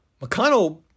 McConnell